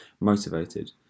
motivated